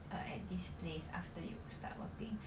uh at this place after you start working